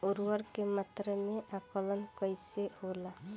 उर्वरक के मात्रा में आकलन कईसे होला?